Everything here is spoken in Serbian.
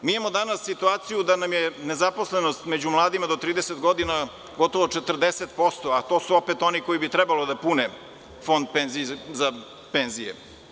Danas imamo situaciju da nam je nezaposlenost među mladima do 30 godina gotovo 40%, a to su opet oni koji bi trebalo da pune fond za penzije.